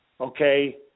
okay